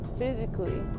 physically